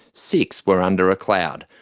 six were under a cloud,